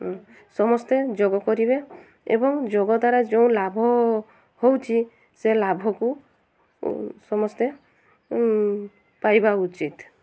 ସମସ୍ତେ ଯୋଗ କରିବେ ଏବଂ ଯୋଗଦ୍ୱାରା ଯେଉଁ ଲାଭ ହେଉଛି ସେ ଲାଭକୁ ସମସ୍ତେ ପାଇବା ଉଚିତ୍